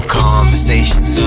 conversations